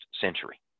century